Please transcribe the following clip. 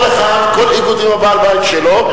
כל אחד, כל איגוד עם בעל הבית שלו.